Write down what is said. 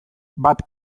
bat